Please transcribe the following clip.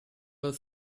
were